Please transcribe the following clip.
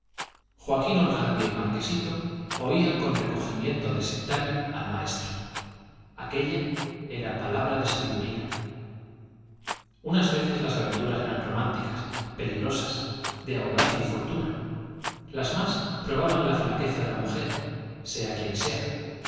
joaquín orgaz y el marquesito oían con recogimiento de sectario al maestro aquella era palabra de sabiduría unas veces las aventuras eran románticas peligrosas de audacia y fortuna las más probaban la flaqueza de la mujer sea quien sea